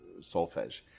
solfege